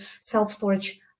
self-storage